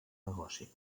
negoci